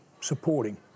supporting